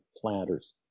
planters